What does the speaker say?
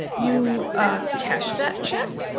you er cashed that cheque?